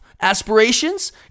aspirations